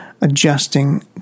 adjusting